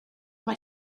mae